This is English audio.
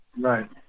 right